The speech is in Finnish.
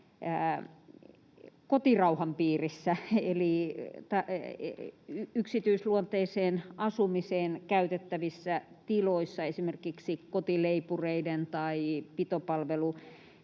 kotirauhan piirissä eli yksityisluonteiseen asumiseen käytettävissä tiloissa, esimerkiksi kotileipureiden tai pitopalveluyrittäjien